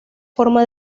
forma